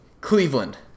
Cleveland